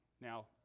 Now